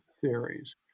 theories